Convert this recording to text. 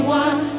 one